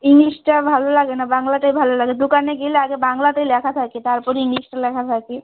ইংলিশটা ভালো লাগে না বাংলাটাই ভালো লাগে দোকানে গেলে আগে বাংলাতেই লেখা থাকে তারপর ইংলিশটা লেখা থাকে